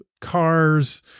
cars